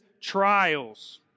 trials